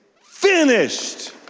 finished